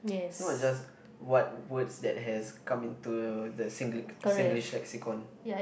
it's not just what words that has come into the Sing~ Singlish lexicon